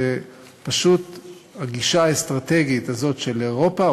זו פשוט הגישה האסטרטגית הזאת של אירופה,